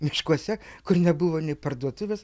miškuose kur nebuvo nė parduotuvės